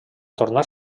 tornar